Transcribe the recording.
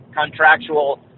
contractual